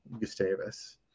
Gustavus